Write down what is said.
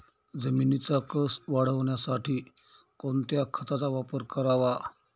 जमिनीचा कसं वाढवण्यासाठी कोणत्या खताचा वापर करावा?